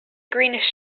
greenish